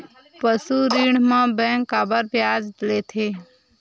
पशु ऋण म बैंक काबर ब्याज लेथे?